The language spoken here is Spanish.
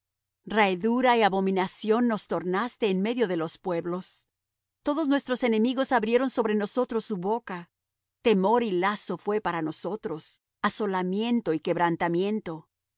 raedura y abominación nos tornaste en medio de los pueblos todos nuestros enemigos abrieron sobre nosotros su boca temor y lazo fué para nosotros asolamiento y quebrantamiento